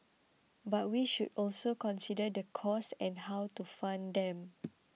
but we should also consider the costs and how to fund them